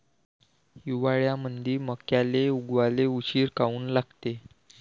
हिवाळ्यामंदी मक्याले उगवाले उशीर काऊन लागते?